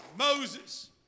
Moses